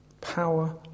Power